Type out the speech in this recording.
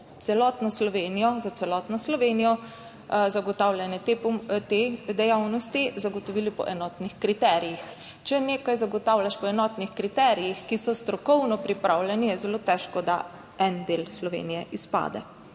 za celotno Slovenijo zagotavljanje te dejavnosti zagotovili po enotnih kriterijih. Če nekaj zagotavljaš po enotnih kriterijih, ki so strokovno pripravljeni, je zelo težko, da en del Slovenije izpade,